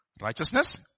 righteousness